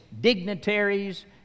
dignitaries